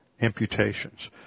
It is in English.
imputations